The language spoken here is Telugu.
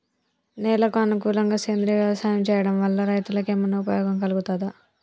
నేలకు అనుకూలంగా సేంద్రీయ వ్యవసాయం చేయడం వల్ల రైతులకు ఏమన్నా ఉపయోగం కలుగుతదా?